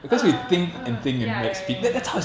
err err ya ya ya